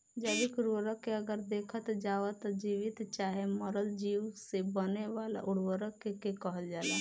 जैविक उर्वरक के अगर देखल जाव त जीवित चाहे मरल चीज से बने वाला उर्वरक के कहल जाला